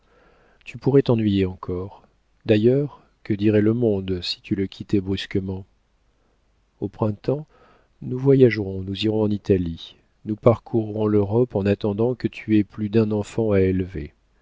tu pourrais t'ennuyer encore d'ailleurs que dirait le monde si tu le quittais brusquement au printemps nous voyagerons nous irons en italie nous parcourrons l'europe en attendant que tu aies plus d'un enfant à élever